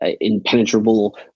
impenetrable